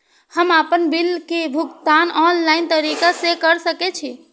हम आपन बिल के भुगतान ऑनलाइन तरीका से कर सके छी?